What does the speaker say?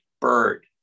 bird